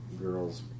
girls